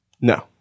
No